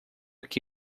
que